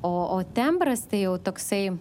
o o tembras tai jau toksai